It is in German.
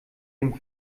dem